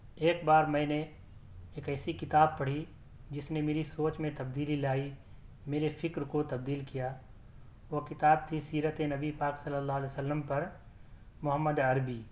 ایک بار میں نے ایک ایسی کتاب پڑھی جس نے میری سوچ میں بتدیلی لائی میرے فکر کو تبدیل کیا وہ کتاب تھی سیرت نبی پاک صلی اللہ علیہ وسلم پر محمد عربی